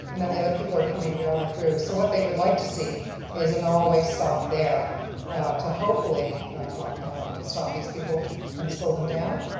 and then the other people are coming barreling through, so what they would like to see is an all-way stop there to hopefully stop stop these people and slow them down,